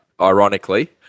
ironically